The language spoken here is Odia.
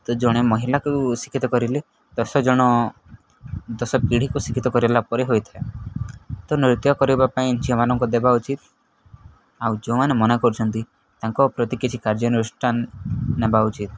ତ ଜଣେ ମହିିଳାକୁ ଶିକ୍ଷିତ କରିଲେ ଦଶ ଜଣ ଦଶ ପିଢ଼ିକୁ ଶିକ୍ଷିତ କରିଲା ପରେ ହୋଇଥାଏ ତ ନୃତ୍ୟ କରିବା ପାଇଁ ଝିଅମାନଙ୍କ ଦେବା ଉଚିତ ଆଉ ଯେଉଁମାନେ ମନା କରୁଛନ୍ତି ତାଙ୍କ ପ୍ରତି କିଛି କାର୍ଯ୍ୟ ଅନୁଷ୍ଠାନ ନେବା ଉଚିତ